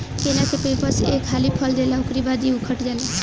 केला के पेड़ बस एक हाली फल देला उकरी बाद इ उकठ जाला